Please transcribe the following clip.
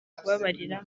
kubabarira